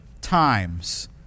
times